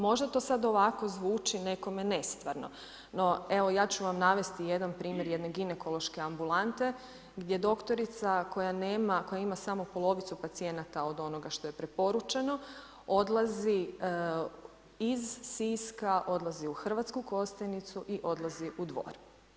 Možda to sad ovako zvuči nekome nestvarno, no evo ja ću vam navesti jedan primjer jedne ginekološke ambulante gdje doktorica koja ima samo polovicu pacijenata od onoga što je preporučeno, odlazi iz Siska, odlazi u Hrvatsku Kostajnicu i odlazi u Dvor.